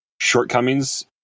shortcomings